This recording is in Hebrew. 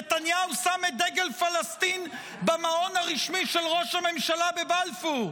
נתניהו שם את דגל פלסטין במעון הרשמי של ראש הממשלה בבלפור,